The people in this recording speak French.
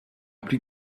plus